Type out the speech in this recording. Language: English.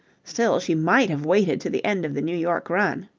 still, she might have waited to the end of the new york run.